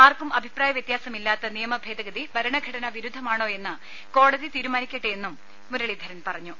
ആർക്കും അഭിപ്രായ വ്യത്യാസമില്ലാത്ത നിയമ ഭേദഗതി ഭരണഘടനാ വിരുദ്ധമാണോ യെന്ന് കോടതി തീരുമാനിക്കട്ടെയെന്നും മുരളീധരൻ പറഞ്ഞു